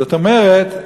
זאת אומרת,